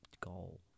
goal